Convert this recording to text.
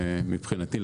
מבחינתי,